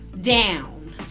down